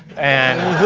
and